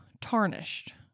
tarnished